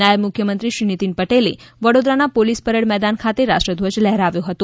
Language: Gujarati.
નાયબ મુખ્યમંત્રી શ્રી નીતિન પટેલે વડોદરાના પોલીસ પરેડ મેદાન ખાતે રાષ્ટ્ર ધ્વજ લહેરાવ્યો હતો